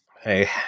Hey